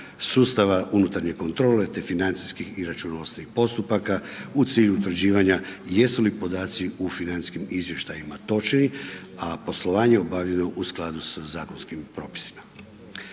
sustava unutarnje kontrole te financijskih i računovodstvenih postupaka u cilju utvrđivanja jesu li podaci u financijskim izvještajima točni a poslovanje obavljeno u skladu sa zakonskim propisima.